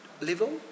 level